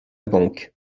banque